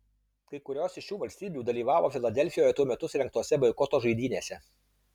kai kurios iš šių valstybių dalyvavo filadelfijoje tuo metu surengtose boikoto žaidynėse